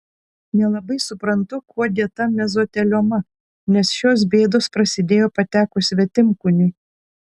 nelabai suprantu kuo dėta mezotelioma nes šios bėdos prasidėjo patekus svetimkūniui